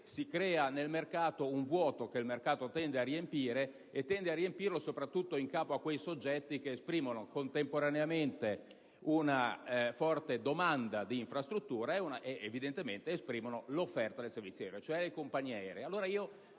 si crea nel mercato un vuoto, che il mercato tende a riempire, e tende a riempirlo soprattutto in capo a quei soggetti che esprimono contemporaneamente una forte domanda di infrastruttura e l'offerta del servizio aereo, cioè le compagnie